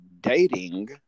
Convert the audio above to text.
dating